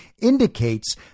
indicates